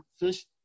fish